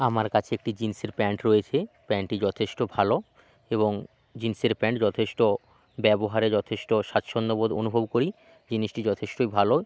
আমার কাছে একটি জিন্সের প্যান্ট রয়েছে প্যান্টটি যথেষ্ট ভালো এবং জিন্সের প্যান্ট যথেষ্ট ব্যবহারে যথেষ্ট স্বাচ্ছন্দ্যবোধ অনুভব করি জিনিসটি যথেষ্টই ভালো